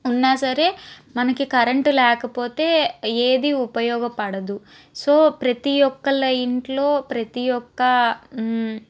ఉన్నా సరే మనకు కరెంటు లేకపోతే ఏది ఉపయోగపడదు సో ప్రతి ఒక్కల ఇంట్లో ప్రతి ఒక్క